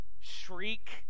shriek